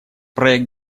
проект